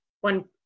one